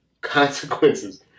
consequences